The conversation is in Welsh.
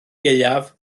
ieuaf